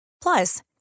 Plus